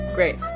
Great